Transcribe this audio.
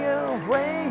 away